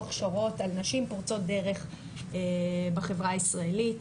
הכשרות על נשים פורצות דרך בחברה הישראלית